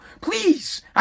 Please